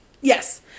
Yes